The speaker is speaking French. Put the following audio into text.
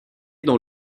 dans